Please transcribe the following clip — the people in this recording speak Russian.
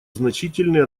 значительный